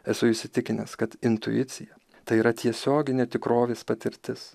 esu įsitikinęs kad intuicija tai yra tiesioginė tikrovės patirtis